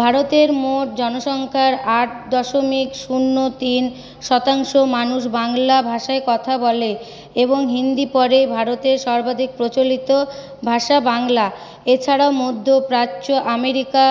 ভারতের মোট জনসংখ্যার আট দশমিক শূন্য তিন শতাংশ মানুষ বাংলা ভাষায় কথা বলে এবং হিন্দি পরে ভারতে সর্বাধিক প্রচলিত ভাষা বাংলা এছাড়া মধ্য প্রাচ্য আমেরিকা